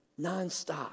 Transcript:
nonstop